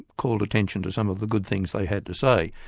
called attention to some of the good things they had to say.